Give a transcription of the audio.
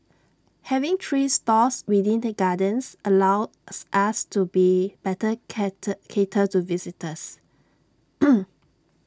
having three stores within the gardens allows us to be better cater to visitors